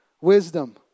wisdom